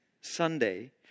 Sunday